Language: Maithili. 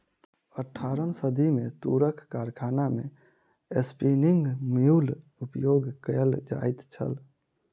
अट्ठारम सदी मे तूरक कारखाना मे स्पिन्निंग म्यूल उपयोग कयल जाइत छल